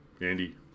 Andy